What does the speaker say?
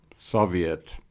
soviet